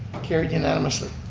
carried unanimously.